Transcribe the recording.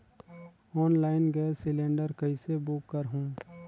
Online gas cylinder कइसे book करहु?